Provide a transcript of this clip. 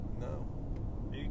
no